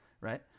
right